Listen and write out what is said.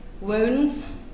wounds